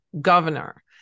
governor